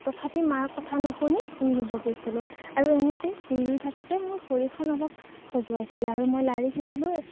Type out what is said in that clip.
তথাপি মাৰ কথা নুশুনি ভূই ৰুব গৈছিলোঁ আৰু এনেতে ভূই ৰুই থাকোতে মোৰ ভৰিখন অলপ খজোৱাইছিলে আৰু মই লাৰি চাইছিলোঁ